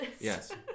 Yes